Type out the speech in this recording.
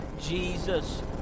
Jesus